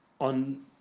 on